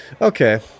Okay